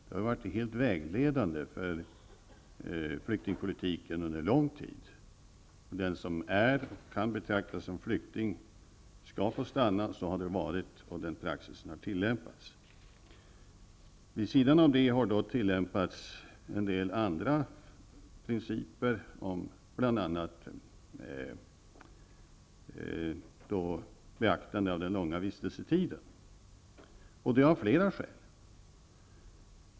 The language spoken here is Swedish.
Det har varit vägledande för flyktingpolitiken under lång tid. Den som är och kan betraktas som flykting skall få stanna. Så har det varit, och den praxisen har tillämpats. Vid sidan av det har man tillämpat en del andra principer, bl.a. beaktande av den långa vistelsetiden. Det har flera skäl.